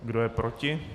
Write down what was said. Kdo je proti?